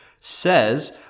says